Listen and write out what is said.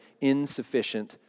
insufficient